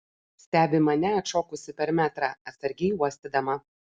stebi mane atšokusi per metrą atsargiai uostydama